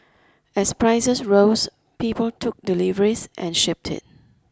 as prices rose people took deliveries and shipped it